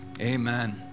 Amen